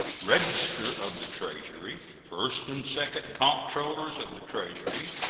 register of the treasury, first and second comptrollers of the treasury,